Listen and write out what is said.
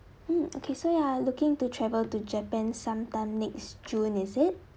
mm okay so you are looking to travel to japan sometime next june is it